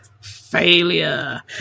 failure